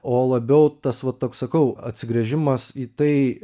o labiau tas va toks sakau atsigręžimas į tai